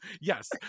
yes